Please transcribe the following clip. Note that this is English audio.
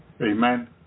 Amen